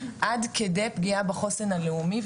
עד כדי פגיעה בחוסן הלאומי,